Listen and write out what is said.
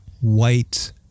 white